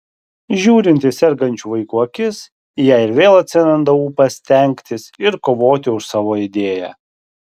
žiūrint į sergančių vaikų akis jai ir vėl atsiranda ūpas stengtis ir kovoti už savo idėją